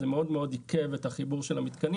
זה מאוד עיכב את החיבור של המתקנים,